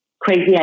crazy